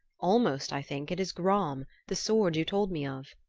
almost i think it is gram, the sword you told me of.